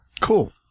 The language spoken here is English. Cool